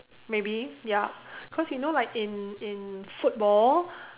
maybe ya cause you know like in in football